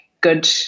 good